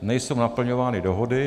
Nejsou naplňovány dohody.